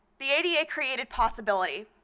the ada created possibility,